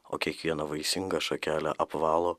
o kiekvieną vaisingą šakelę apvalo